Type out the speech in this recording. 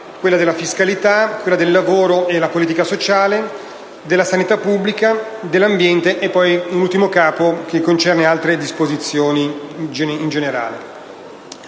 quella della fiscalità, quella del lavoro e della politica sociale, quella della sanità pubblica e quella dell'ambiente; vi è poi un ultimo Capo che reca altre disposizioni in generale.